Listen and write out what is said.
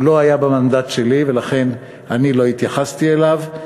הוא לא היה במנדט שלי ולכן אני לא התייחסתי אליו.